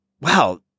wow